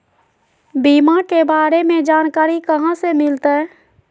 बीमा के बारे में जानकारी कहा से मिलते?